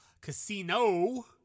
casino